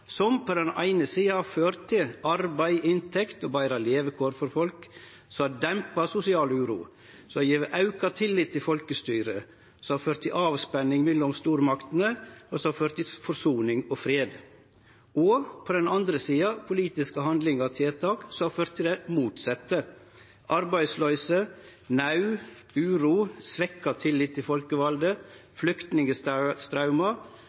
som på den eine sida har ført til arbeid, inntekt og betre levekår for folk, som har dempa sosial uro, som har gjeve auka tillit til folkestyret, som har ført til avspenning mellom stormaktene, og som har ført til forsoning og fred, og – på den andre sida – politiske handlingar og tiltak som har ført til det motsette: arbeidsløyse, naud, uro, svekt tillit til